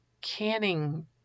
canning